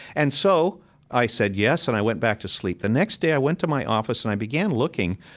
and so i said, yes. and i went back to sleep. the next day, i went to my office and i began looking,